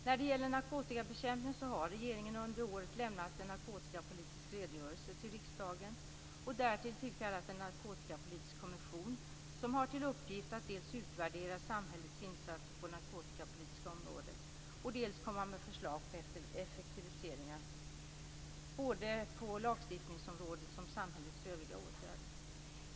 När det gäller narkotikabekämpningen har regeringen under året lämnat en narkotikapolitisk redogörelse till riksdagen och därtill tillkallat en narkotikapolitisk kommission som har till uppgift att dels utvärdera samhällets insatser på det narkotikapolitiska området, dels komma med förslag på effektiviseringar, både när det gäller lagstiftningsområdet och samhällets övriga åtgärder.